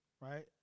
right